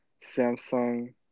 Samsung